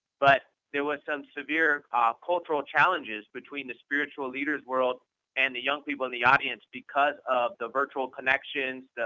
but there were some severe cultural challenges between the spiritual leader's world and the young people in the audience, because of the virtual connections,